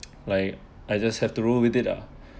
like I just have to roll with it uh